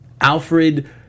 Alfred